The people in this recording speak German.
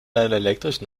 elektrischen